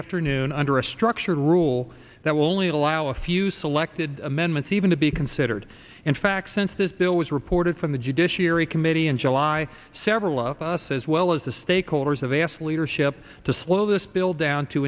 afternoon under a structured rule that will only allow a few selected amendments even to be considered in fact since this bill was reported from the judiciary committee in july several of us as well as the stakeholders of a s leadership to slow this bill down to